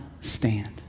stand